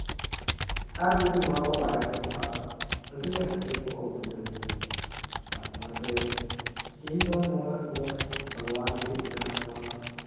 ᱟᱨ ᱡᱩᱫᱤ ᱱᱚᱣᱟ ᱠᱚ ᱵᱟᱭ ᱛᱟᱦᱮᱸ ᱠᱚᱜᱼᱟ ᱟᱹᱰᱤᱞᱮ ᱦᱟᱨᱠᱮᱛ ᱠᱚᱜᱼᱟ ᱩᱛᱩᱨᱮ ᱦᱩᱱᱟᱹᱝ ᱚᱜ ᱟᱨ ᱚᱱᱟᱛᱮ ᱤᱧᱫᱚ ᱱᱚᱣᱟ ᱤᱧᱟᱹᱜ ᱵᱟᱜᱽᱣᱟᱱ ᱥᱮ ᱤᱧᱟᱹᱜ ᱱᱚᱣᱟ